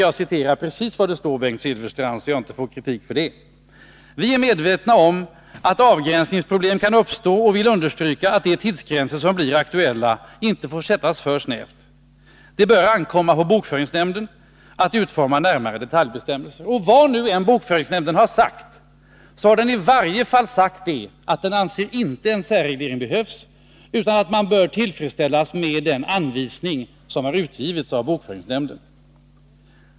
Jag citerar precis vad som står, så att jag inte får kritik: ”Vi är medvetna om att avgränsningproblem kan uppstå och vill understryka att de tidsgränser som blir aktuella inte får sättas för snävt. Det bör ankomma på bokföringsnämnden att utforma närmare detaljbestämmelser.” Vad bokföringsnämnden än säger så anser den i varje fall att en särreglering inte behövs, utan man bör vara tillfredsställd med de anvisningar som utgivits av bokföringsnämnden.